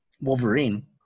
Wolverine